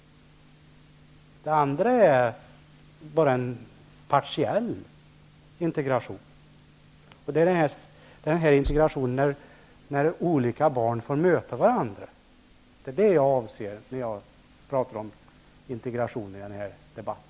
Det andra är bara en partiell integration. Att olika barn får möta varandra är vad jag avser när jag i den här debatten pratar om integration.